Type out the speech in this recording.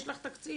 יש לך תקציב.